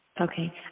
Okay